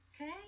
Okay